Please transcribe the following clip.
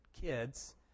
kids